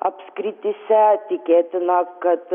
apskrityse tikėtina kad